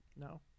No